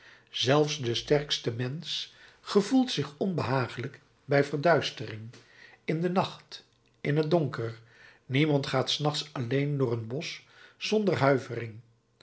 zelfs de sterkste mensch gevoelt zich onbehagelijk bij verduistering in den nacht in het donker niemand gaat s nachts alleen door een bosch zonder huivering